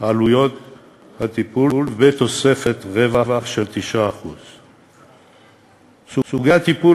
עלויות הטיפול ותוספת רווח של 9%. סוגי הטיפול